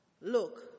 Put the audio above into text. Look